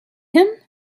him